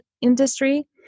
industry